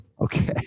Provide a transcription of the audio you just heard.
Okay